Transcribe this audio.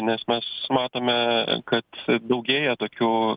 nes mes matome kad daugėja tokių